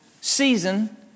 Season